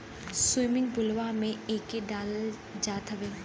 swimming पुलवा में एके डालल जात हउवे